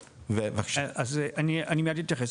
אני מיד אתייחס.